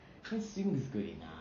可以 swim is good enough